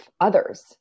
others